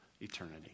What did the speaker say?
eternity